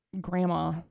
grandma